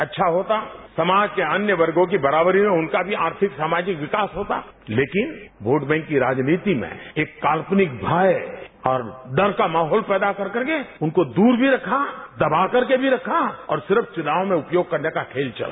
अच्छा होता समाज के अन्य वर्गो में बराबरी में उनका भी आर्थिक सामाजिक विकास होता लेकिन वोट बैंक की राजनीति में एक कात्पनिक भय और डर का माहौत पैदा कर करके उनको दूर भी रखा दबाकर के भी रखा और सिर्फ चुनाव में उपयोग करने का खेल चला